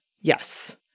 yes